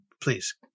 please